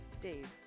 Dave